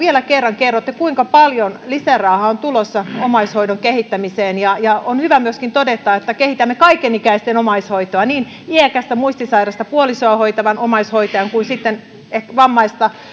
vielä kerran kerrotte kuinka paljon lisärahaa on tulossa omaishoidon kehittämiseen on hyvä myöskin todeta että kehitämme kaikenikäisten omaishoitoa niin iäkästä muistisairasta puolisoaan hoitavan omaishoitajan kuin vammaista